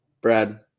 brad